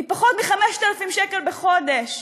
עם פחות מ-5,000 שקל בחודש?